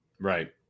Right